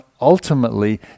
ultimately